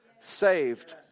saved